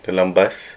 dalam bas